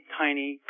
tiny